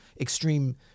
extreme—